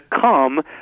come